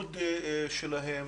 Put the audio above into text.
לבידוד שלהם